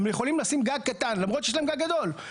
הם יכולים לשים גג קטן למרות שיש להם גג גדול,